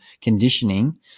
conditioning